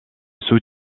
sous